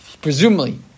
presumably